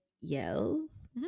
Yells